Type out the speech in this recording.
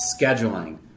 scheduling